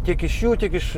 tiek iš jų tiek iš